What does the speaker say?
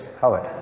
Howard